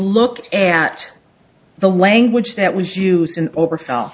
look at the language that was used in over